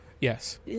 Yes